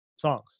songs